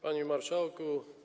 Panie Marszałku!